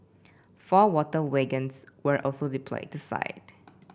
four water wagons were also deployed to site